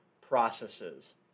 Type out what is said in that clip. processes